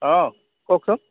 অঁ কওকচোন